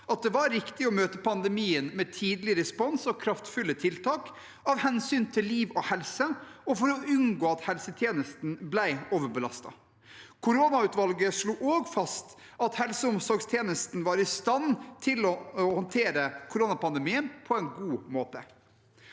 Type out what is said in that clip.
at det var riktig å møte pandemien med tidlig respons og kraftfulle tiltak, av hensyn til liv og helse og for å unngå at helsetjenesten ble overbelastet. Koronautvalget slo også fast at helse- og omsorgstjenesten var i stand til å håndtere koronapandemien på en god måte.